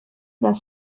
das